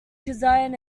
cosine